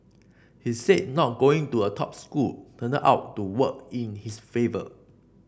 he said not going to a top school turned out to work in his favour